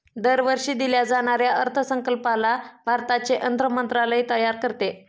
दरवर्षी दिल्या जाणाऱ्या अर्थसंकल्पाला भारताचे अर्थ मंत्रालय तयार करते